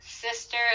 sister